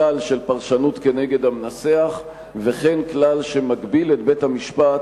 כלל של פרשנות כנגד המנסח וכן כלל שמגביל את בית-המשפט